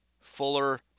Fuller